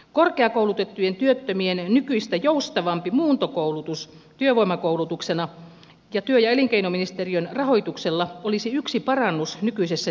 korkeakoulutettujen työttömien nykyistä joustavampi muuntokoulutus työvoimakoulutuksena ja työ ja elinkeinoministeriön rahoituksella olisi yksi parannus nykyisessä työttömyystilanteessa